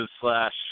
slash